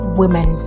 women